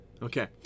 Okay